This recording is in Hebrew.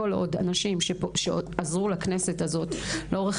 כל עוד אנשים שעזרו לכנסת הזאת לאורך